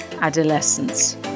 adolescence